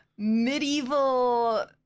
medieval